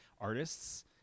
artists